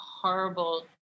horrible